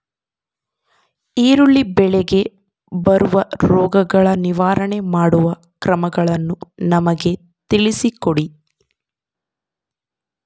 ಈರುಳ್ಳಿ ಬೆಳೆಗೆ ಬರುವ ರೋಗಗಳ ನಿರ್ವಹಣೆ ಮಾಡುವ ಕ್ರಮಗಳನ್ನು ನಮಗೆ ತಿಳಿಸಿ ಕೊಡ್ರಿ?